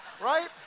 right